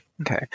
Okay